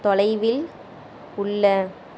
தொலைவில் உள்ள